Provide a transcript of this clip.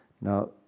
Now